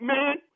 Man